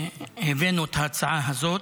הבאנו את ההצעה הזאת,